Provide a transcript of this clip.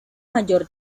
mayor